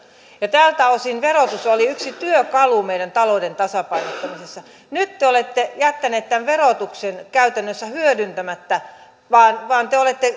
tältä osin verotus oli yksi työkalu meidän talouden tasapainottamisessa nyt te te olette jättäneet verotuksen käytännössä hyödyntämättä te te olette